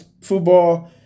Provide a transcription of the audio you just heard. football